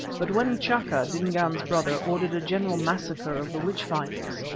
but when t'chaka, dingaan's brother, ordered a general massacre of the witch-finders,